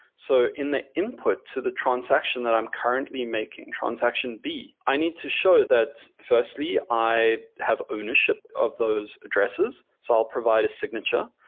so in the input to the transaction that i'm currently making, transaction b, i need to show that firstly i have ownership of those addresses. so i'll provide a signature.